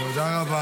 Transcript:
על מה?